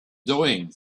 doing